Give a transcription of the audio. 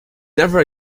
never